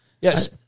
yes